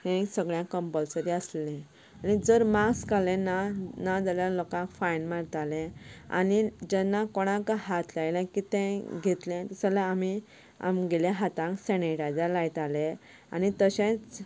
हें सगळ्यांक कंपलसरी आशिल्लें आनी जर मास्क घालें ना ना जाल्यार लोकांक फायन मारताले आनी जेन्ना कोणाक हात लायल्यार कितेंय घेतलें जाल्यार आमी आमच्या हातांक सेनिटायझर लायताले आनी तशेंच